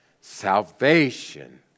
Salvation